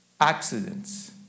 Accidents